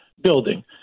building